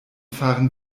fahren